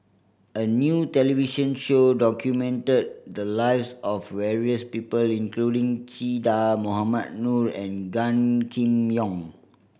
a new television show documented the lives of various people including Che Dah Mohamed Noor and Gan Kim Yong